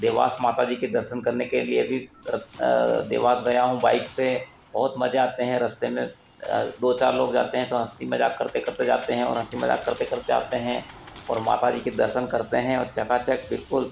देवास माता जी के दर्शन करने के लिए भी रत देवास गया हूँ बाइक से बहुत मज़ा आते हैं रस्ते में दो चार लोग जाते हैं तो हँसी मज़ाक करते करते जाते हैं और हँसी मज़ाक करते करते आते हैं और माता जी के दर्शन करते हैं और चकाचक बिल्कुल